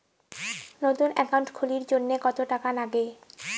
নতুন একাউন্ট খুলির জন্যে কত টাকা নাগে?